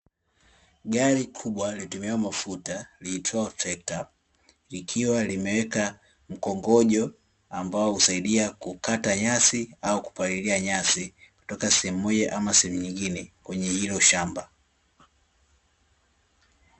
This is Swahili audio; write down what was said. Gari kubwa litumiao mafuta liitwao trekta, likiwa limeweka mkongojo ambao husaidia kukata nyasi au kupalilia nyasi, kutoka sehemu ama sehemu nyingine kwenye hilo shamba.